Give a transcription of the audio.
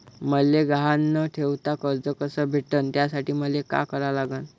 मले गहान न ठेवता कर्ज कस भेटन त्यासाठी मले का करा लागन?